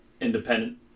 independent